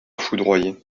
foudroyé